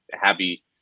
happy